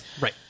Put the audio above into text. right